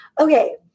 Okay